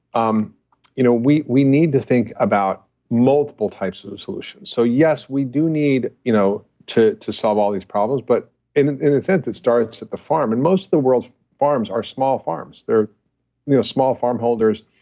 um you know we we need to think about multiple types of of solutions. so yes, we do need you know to to solve all these problems but in in a sense, it starts at the farm, and most of the world's farms are small farms. they're small farm holders.